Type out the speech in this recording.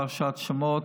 פרשת שמות,